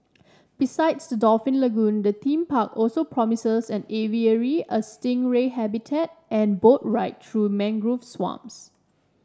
besides the dolphin lagoon the theme park also promises an aviary a stingray habitat and boat ride through mangrove swamps